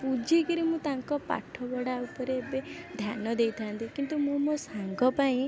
ବୁଝିକରି ମୁଁ ତାଙ୍କ ପାଠପଢ଼ା ଉପରେ ଏବେ ଧ୍ୟାନ ଦେଇଥାନ୍ତି କିନ୍ତୁ ମୁଁ ମୋ ସାଙ୍ଗ ପାଇଁ